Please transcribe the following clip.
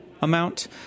amount